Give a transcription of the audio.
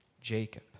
Jacob